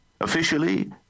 Officially